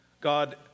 God